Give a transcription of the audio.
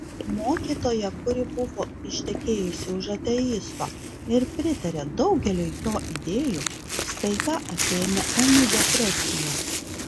mokytoją kuri buvo ištekėjusi už ateisto ir pritarė daugeliui jo idėjų staiga apėmė ūmi depresija